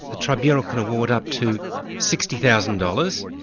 the tribunal can award up to sixty thousand dollars,